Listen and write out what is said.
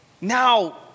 now